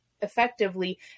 effectively